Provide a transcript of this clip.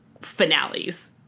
finales